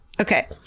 okay